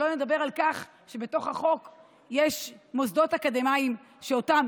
שלא לדבר על כך שבתוך החוק יש מוסדות אקדמיים שאותם